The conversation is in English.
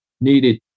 needed